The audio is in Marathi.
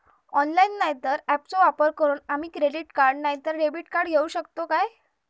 ऑनलाइन नाय तर ऍपचो वापर करून आम्ही क्रेडिट नाय तर डेबिट कार्ड घेऊ शकतो का?